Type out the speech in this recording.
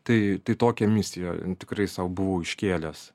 tai tai tokia misija tikrai sau buvau iškėlęs